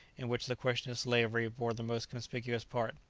in which the question of slavery bore the most conspicuous part.